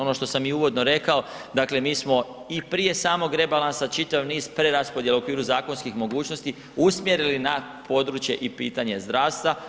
Ono što sam i uvodno rekao, dakle mi smo i prije samog rebalansa čitav niz preraspodjela u okviru zakonskim mogućnosti usmjerili na područje i pitanje zdravstva.